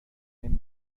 این